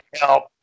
help